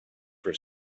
for